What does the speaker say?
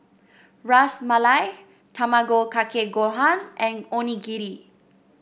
Ras Malai Tamago Kake Gohan and Onigiri